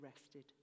arrested